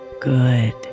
good